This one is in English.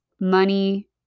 money